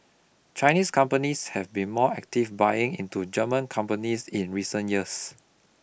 Chinese companies have been more active buying into German companies in recent years